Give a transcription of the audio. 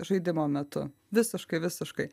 žaidimo metu visiškai visiškai